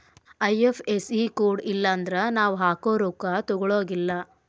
IFSC code ಇಲ್ಲನ್ದ್ರ ನಾವ್ ಹಾಕೊ ರೊಕ್ಕಾ ತೊಗೊಳಗಿಲ್ಲಾ